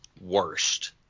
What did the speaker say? worst